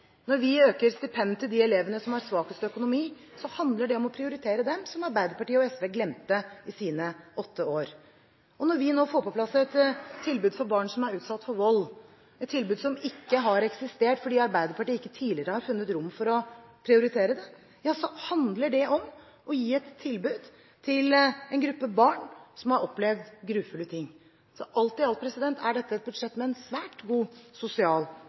handler det om å prioritere dem som Arbeiderpartiet og SV glemte i sine åtte år. Når vi nå får på plass et tilbud for barn som er utsatt for vold, et tilbud som ikke har eksistert fordi Arbeiderpartiet tidligere ikke har funnet rom for å prioritere det, handler det om å gi et tilbud til en gruppe barn som har opplevd grufulle ting. Så alt i alt er dette et budsjett med en svært god sosial